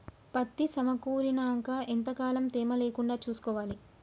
పత్తి సమకూరినాక ఎంత కాలం తేమ లేకుండా చూసుకోవాలి?